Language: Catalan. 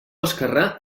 esquerrà